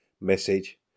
message